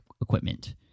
equipment